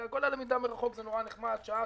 וכל הלמידה מרחוק זה נחמד שעה,